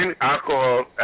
alcohol